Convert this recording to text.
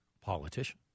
politician